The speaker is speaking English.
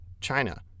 China